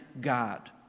God